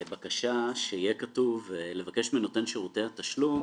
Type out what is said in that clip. בקשה שיהיה כתוב לבקש מנותן שירותי התשלום